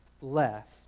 left